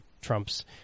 Trump's